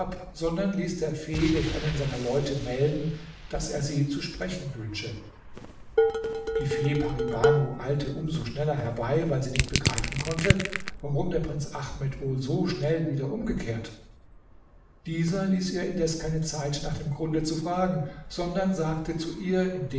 sondern ließ der fee durch einen seiner leute melden daß er sie zu sprechen wünsche die fee pari banu eilte um so schneller herbei weil sie nicht begreifen konnte warum der prinz ahmed wohl so schnell wieder umgekehrt dieser ließ ihr indes keine zeit nach dem grunde zu fragen sondern sagte zu ihr